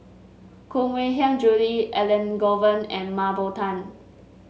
Koh Mui Hiang Julie Elangovan and Mah Bow Tan